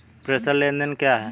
प्रेषण लेनदेन क्या है?